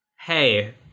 hey